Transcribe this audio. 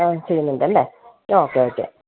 ആ ചെയ്യുന്നുണ്ടല്ലേ okay okay